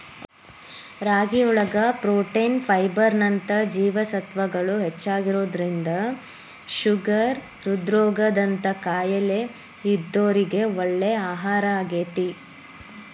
ರಾಗಿಯೊಳಗ protein, fibre ನಂತ ಜೇವಸತ್ವಗಳು ಹೆಚ್ಚಾಗಿರೋದ್ರಿಂದ ಶುಗರ್, ಹೃದ್ರೋಗ ದಂತ ಕಾಯಲೇ ಇದ್ದೋರಿಗೆ ಒಳ್ಳೆ ಆಹಾರಾಗೇತಿ